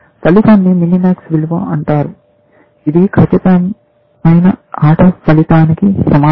ఫలితాన్ని మినిమాక్స్ విలువ అంటారు ఇది ఖచ్చితమైన ఆట ఫలితానికి సమానం